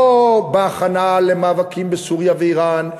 לא בהכנה למאבקים בסוריה ואיראן,